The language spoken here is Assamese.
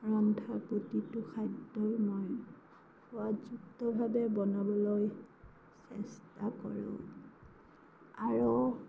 ৰন্ধা প্ৰতিটো খাদ্যই মই সোৱাদযুক্তভাৱে বনাবলৈ চেষ্টা কৰোঁ আৰু